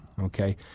okay